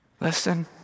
Listen